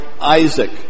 Isaac